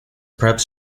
perhaps